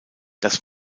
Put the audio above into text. das